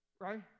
Right